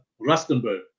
Rustenburg